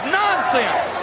nonsense